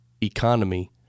economy